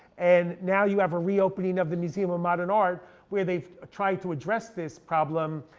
and now you have a reopening of the museum of modern art where they've tried to address this problem,